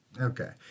okay